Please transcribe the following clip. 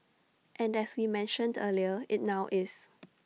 and as we mentioned earlier IT now is